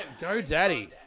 GoDaddy